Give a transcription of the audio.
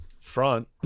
front